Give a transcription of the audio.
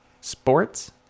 Sports